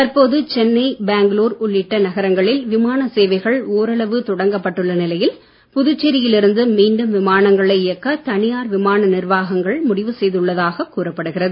தற்போது சென்னை பெங்களூர் உள்ளிட்ட நகரங்களில் விமான சேவைகள் ஓரளவு தொடங்கப்பட்டுள்ள நிலையில் புதுச்சேரியில் இருந்து மீண்டும் விமானங்களை இயக்க தனியார் விமான நிர்வாகங்கள் முடிவு செய்துள்ளதாக கூறப்படுகிறது